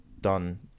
done